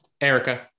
Erica